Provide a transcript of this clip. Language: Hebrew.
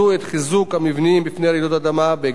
המבנים מפני רעידות אדמה בהקדם האפשרי.